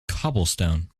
cobblestone